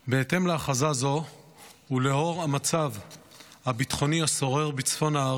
בהתאם להכרזה זו ולאור המצב הביטחוני השורר בצפון הארץ,